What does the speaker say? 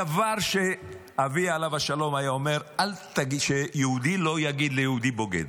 הדבר שאבי עליו השלום היה אומר: שיהודי לא יגיד ליהודי בוגד.